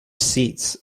seats